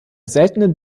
seltenen